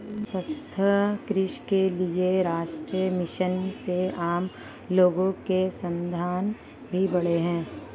सतत कृषि के लिए राष्ट्रीय मिशन से आम लोगो के संसाधन भी बढ़े है